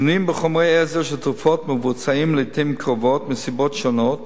שינויים בחומרי עזר של תרופות מבוצעים לעתים קרובות מסיבות שונות,